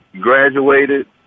graduated